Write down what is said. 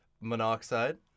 monoxide